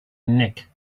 nick